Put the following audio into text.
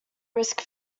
risk